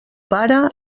pare